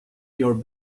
your